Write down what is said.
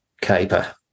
caper